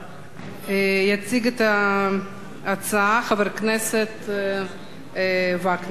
יציג את ההצעה חבר הכנסת וקנין, בבקשה.